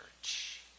church